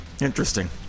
interesting